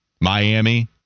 Miami